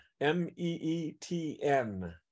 M-E-E-T-N